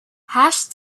hash